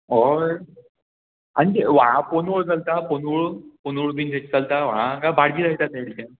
हय आनी ते व्हाळा पोनोळ चलता पोनोळ पोनोळ बीन तशें चलता व्हाळा गाय बार्जी लायता ते